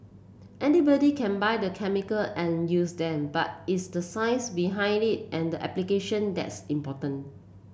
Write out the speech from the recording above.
anybody can buy the chemical and use them but it's the science behind it and the application that's important